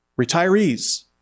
Retirees